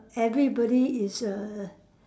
everybody is a